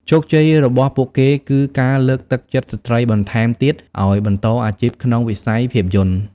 ជោគជ័យរបស់ពួកគេគឺការលើកទឹកចិត្តស្ត្រីបន្ថែមទៀតឱ្យបន្តអាជីពក្នុងវិស័យភាពយន្ត។